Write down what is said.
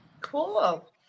cool